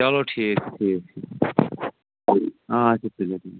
چلو ٹھیٖک ٹھیٖک ٹھیٖک اَچھا تُلِو بِہِو